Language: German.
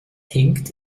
hinkt